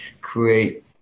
create